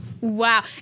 Wow